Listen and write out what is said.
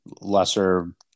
Lesser